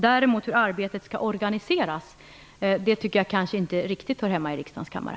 Hur arbetet däremot skall organiseras hör inte riktigt hemma i riksdagens kammare.